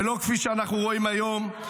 ולא כפי שאנחנו רואים היום,